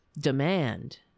demand